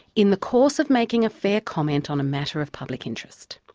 in the course of making a fair comment on a matter of public interest.